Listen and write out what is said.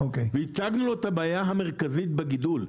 הצגנו לו את הבעיה המרכזית בגידול,